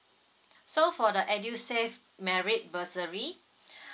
so for the edusave merit bursary